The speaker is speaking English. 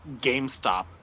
GameStop